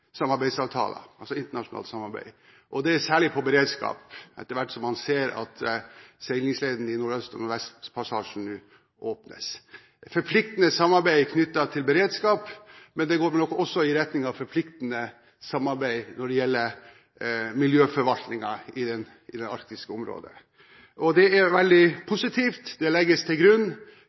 Det gjelder særlig beredskap etter hvert som seilingsleden i Nordøst- og Nordvestpassasjen åpnes, forpliktende samarbeid knyttet til beredskap – men det går også i retning av forpliktende samarbeid når det gjelder miljøforvaltningen i det arktiske området. Det er veldig positivt. Den legges til grunn,